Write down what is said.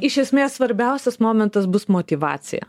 iš esmės svarbiausias momentas bus motyvacija